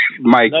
Mike